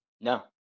No